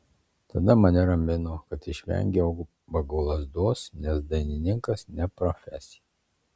tada mane ramino kad išvengiau ubago lazdos nes dainininkas ne profesija